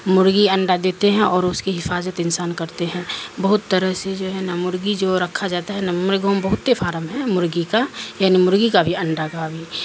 مرغی انڈا دیتے ہیں اور اس کی حفاظت انسان کرتے ہیں بہت طرح سے جو ہے ن مرغی جو رکھا جاتا ہے نرگوںوم بہتتے فارم ہے مرغی کا یعنی مرغی کا بھی انڈا کا بھی